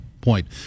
point